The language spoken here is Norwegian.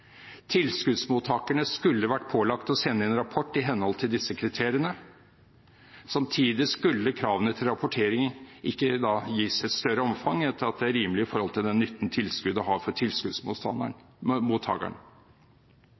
Tilskuddsmottakerne skulle vært pålagt å sende inn rapport i henhold til disse kriteriene. Samtidig skulle kravene til rapportering ikke gis et større omfang enn at det er rimelig i forhold til den nytten tilskuddet har for